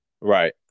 Right